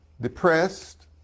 depressed